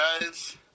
guys